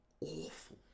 awful